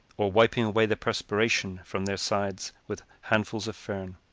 or wiping away the perspiration from their sides with handfuls of fern.